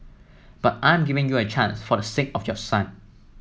but I'm giving you a chance for the sake of your son